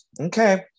okay